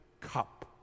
cup